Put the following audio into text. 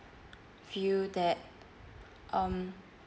view that um